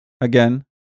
again